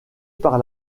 par